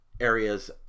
areas